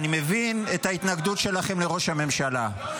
אני מבין את ההתנגדות שלכם לראש הממשלה,